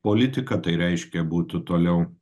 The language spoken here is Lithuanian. politika tai reiškia būtų toliau